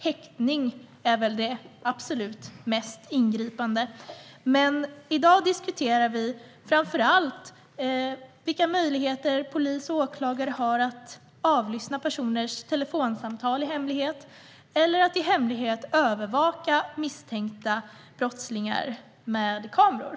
Häktning är väl det absolut mest ingripande. Men i dag diskuterar vi framför allt vilka möjligheter polis och åklagare har för att i hemlighet avlyssna personers telefonsamtal eller för att i hemlighet övervaka misstänkta brottslingar med hjälp av kameror.